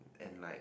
and like